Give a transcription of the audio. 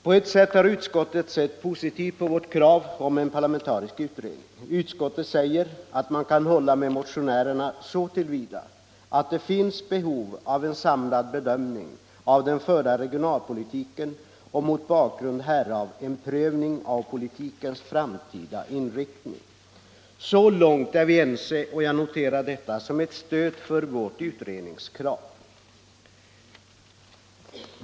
På ett sätt har utskottet sett positivt på vårt krav på en parlamentarisk utredning. Utskottet säger att man kan hålla med motionärerna så till vida att det finns behov av en samlad bedömning av den förda regionalpolitiken och mot bakgrund härav en prövning av politikens framtida inriktning. Så långt är vi ense, och jag noterar detta som ett stöd för vårt utredningskrav.